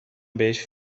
بهش